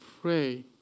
Pray